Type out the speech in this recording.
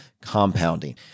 compounding